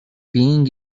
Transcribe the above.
being